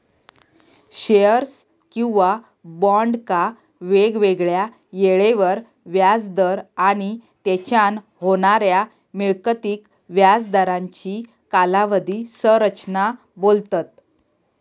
shares किंवा बॉन्डका वेगवेगळ्या येळेवर व्याज दर आणि तेच्यान होणाऱ्या मिळकतीक व्याज दरांची कालावधी संरचना बोलतत